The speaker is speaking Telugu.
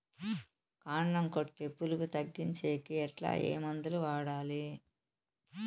కాండం కొట్టే పులుగు తగ్గించేకి ఎట్లా? ఏ మందులు వాడాలి?